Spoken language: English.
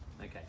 okay